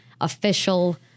official